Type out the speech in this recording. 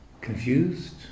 Confused